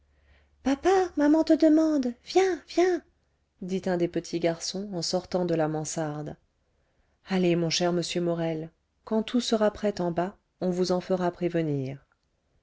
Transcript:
papa maman te demande viens viens dit un des petits garçons en sortant de la mansarde allez mon cher monsieur morel quand tout sera prêt en bas on vous en fera prévenir